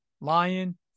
Lion